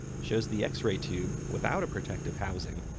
shows the x-ray tube, without a protective housing,